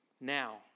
now